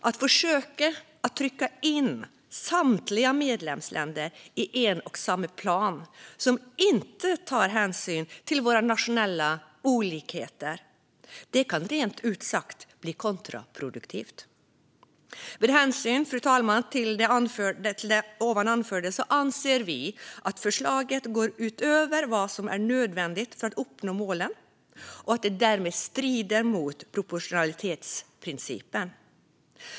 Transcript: Att försöka trycka in samtliga medlemsländer i en och samma plan som inte tar hänsyn till våra nationella olikheter kan rent ut sagt bli kontraproduktivt. Fru talman! Med hänsyn till det anförda anser vi att förslaget går utöver vad som är nödvändigt för att uppnå målen och att det därmed strider mot proportionalitetsprincipen.